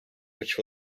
which